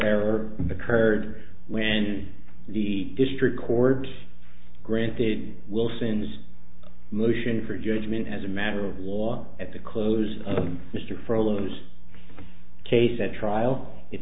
error occurred when the district court granted wilson's motion for judgment as a matter of law at the close of mr furloughs case at trial i